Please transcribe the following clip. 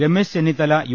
Ramesh Chennithala U